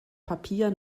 papier